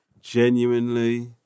genuinely